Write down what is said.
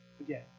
again